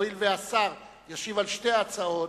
הואיל והשר ישיב על שתי ההצעות,